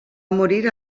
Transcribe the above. morir